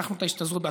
לקחנו את ההשתזרות,